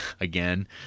again